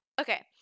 Okay